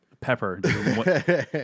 pepper